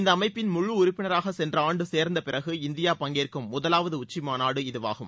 இந்த அமைப்பிள் முழு உறுப்பினராக சென்ற ஆண்டு சேர்ந்த பிறகு இந்தியா பங்கேற்கும் முதலாவது உச்சிமாநாடு இதுவாகும்